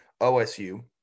OSU